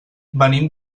venim